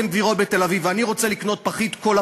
בשבת ברחוב אבן-גבירול בתל-אביב ואני רוצה לקנות פחית קולה,